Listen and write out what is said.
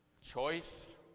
choice